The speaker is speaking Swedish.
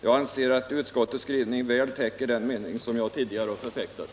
Jag anser att utskottets skrivning väl täcker den mening som jag tidigare har förfäktat.